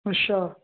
ਅੱਛਾ